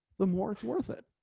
the more worth it.